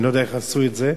אני לא יודע איך עשו את זה,